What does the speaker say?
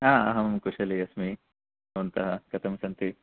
आ अहं कुशली अस्मि भवन्तः कथं सन्ति